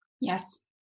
Yes